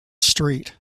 street